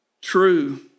true